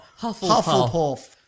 Hufflepuff